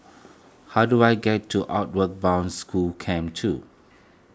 how do I get to Outward Bound School Camp two